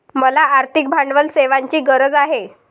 मला आर्थिक भांडवल सेवांची गरज आहे